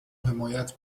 حمایت